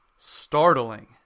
startling